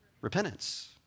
repentance